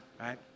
right